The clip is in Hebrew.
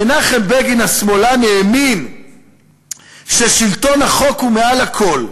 מנחם בגין השמאלן האמין ששלטון החוק הוא מעל הכול.